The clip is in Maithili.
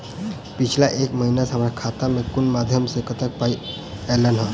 पिछला एक महीना मे हम्मर खाता मे कुन मध्यमे सऽ कत्तेक पाई ऐलई ह?